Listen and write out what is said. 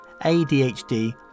ADHD